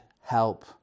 help